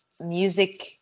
Music